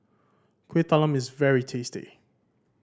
Kueh Talam is very tasty